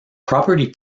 property